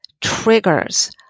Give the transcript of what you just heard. triggers